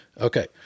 Okay